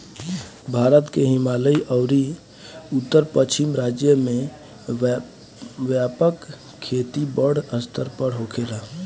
भारत के हिमालयी अउरी उत्तर पश्चिम राज्य में व्यापक खेती बड़ स्तर पर होखेला